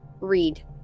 read